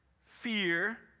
fear